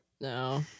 No